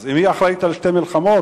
אז אם היא אחראית לשתי מלחמות,